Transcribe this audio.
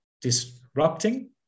disrupting